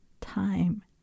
time